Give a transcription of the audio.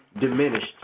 diminished